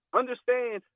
understand